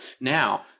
Now